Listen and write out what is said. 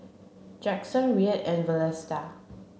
Jackson Rhett and Vlasta